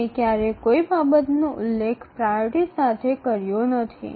આપણે ક્યારેય કોઈ બાબતનો ઉલ્લેખ પ્રાયોરિટી સાથે કર્યો નથી